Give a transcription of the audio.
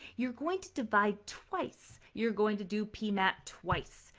you're going to divide twice. you're going to do pmat twice.